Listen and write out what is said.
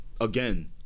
again